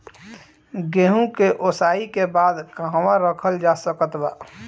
गेहूँ के ओसाई के बाद कहवा रखल जा सकत बा?